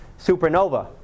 supernova